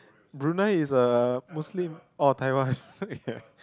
Brunei is a muslim oh Taiwan